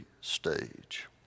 stage